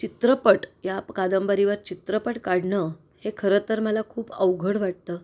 चित्रपट या कादंबरीवर चित्रपट काढणं हे खरं तर मला खूप अवघड वाटतं